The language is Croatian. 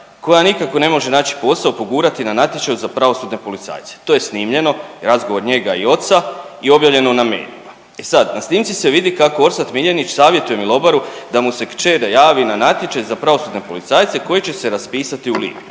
koja nikako ne može naći posao pogurati na natječaju za pravosudne policajce. To je snimljeno, razgovor njega i oca i objavljeno na medijima. E sad, na snimci se vidi kako Orsat Miljenić savjetuje Milobaru da mu se kćer javi na natječaj za pravosudne policajce koji će se raspisati u lipnju,